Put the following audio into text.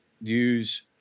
use